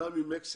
עלה ממקסיקו,